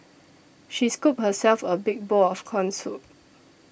she scooped herself a big bowl of Corn Soup